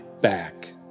back